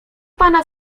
pana